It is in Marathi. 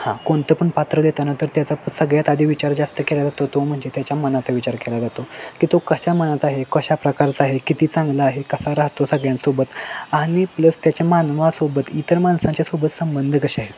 हां कोणतं पण पात्र देताना तर त्याचा सगळ्यात आधी विचार जास्त केला जातो तो म्हणजे त्याच्या मनाचा विचार केला जातो की तो कशा मनात आहे कशा प्रकारचा आहे किती चांगला आहे कसा राहतो सगळ्यांसोबत आणि प्लस त्याच्या मानवासोबत इतर माणसांच्या सोबत संबंध कसे आहेत